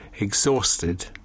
exhausted